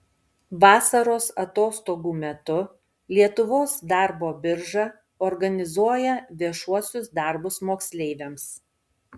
vasaros atostogų metu lietuvos darbo birža organizuoja viešuosius darbus moksleiviams